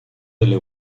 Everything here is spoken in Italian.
delle